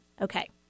Okay